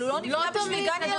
אבל הוא לא נבנה בשביל גן ילדים.